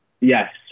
Yes